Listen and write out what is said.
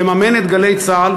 לממן את "גלי צה"ל",